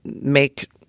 make